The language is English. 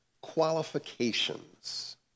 qualifications